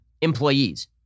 employees